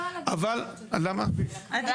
עכשיו